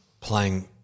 playing